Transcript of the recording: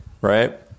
right